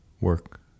work